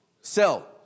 Sell